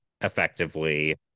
effectively